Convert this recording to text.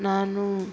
ನಾನು